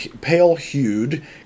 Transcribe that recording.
pale-hued